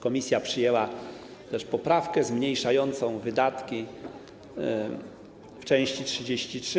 Komisja przyjęła także poprawkę zmniejszającą wydatki w części 33: